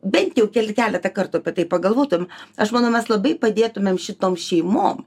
bent jau keletą kartų apie tai pagalvotum aš manau mes labai padėtumėm šitom šeimom